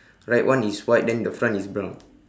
right one is white then the front is brown